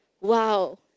wow